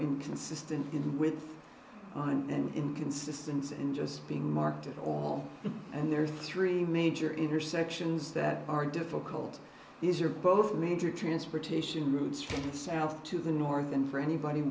inconsistent with on an inconsistency in just being marked at all and there are three major intersections that are difficult these are both major transportation routes from the south to the north and for anybody